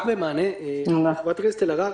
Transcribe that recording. רק במענה לח"כ אלהרר